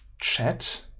chat